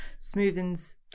smoothens